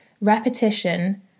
repetition